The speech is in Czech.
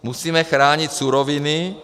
Musíme chránit suroviny.